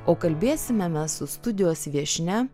o kalbėsime mes su studijos viešnia